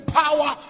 power